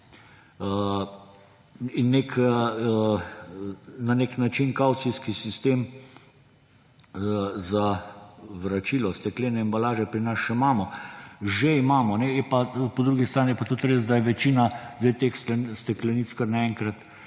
In na nek način kavcijski sistem za vračilo steklene embalaže pri nas še imamo, že imamo, je pa po drugi strani tudi res, da je večina zdaj teh steklenic kar naenkrat